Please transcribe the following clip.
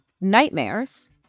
nightmares